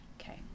Okay